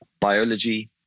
biology